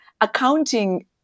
accounting